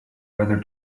whether